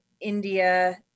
India